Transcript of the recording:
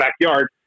backyard